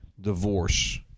divorce